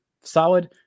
solid